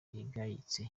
igayitse